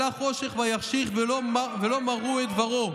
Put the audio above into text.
שלח חשך ויחשיך ולא מרו את דברו.